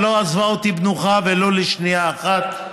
שלא עזבה אותי במנוחה ולו לשנייה אחת,